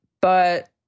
But-